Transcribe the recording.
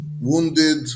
wounded